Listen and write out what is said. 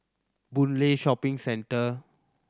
Boon Lay Shopping Centre